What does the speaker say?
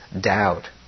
doubt